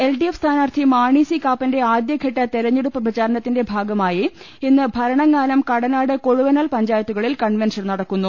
L D F സ്ഥാനാർത്ഥി Mani C കാപ്പന്റെ ആദ്യ ഘട്ട തെരഞ്ഞെടുപ്പു പ്രചരണത്തിന്റെ ഭാഗമായി ഇന്ന് ഭരണങ്ങാനം കടനാട് കൊഴുവനാൽ പഞ്ചായത്തുകളിൽ കൺവെൻഷൻ നടക്കുന്നു